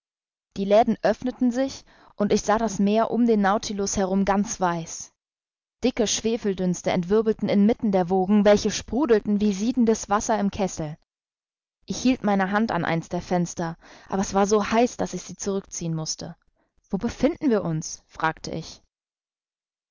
die läden öffneten sich und ich sah das meer um den nautilus herum ganz weiß dicke schwefeldünste entwirbelten inmitten der wogen welche sprudelten wie siedendes wasser im kessel ich hielt meine hand an eins der fenster aber es war so heiß daß ich sie zurückziehen mußte wo befinden wir uns fragte ich